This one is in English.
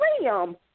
Liam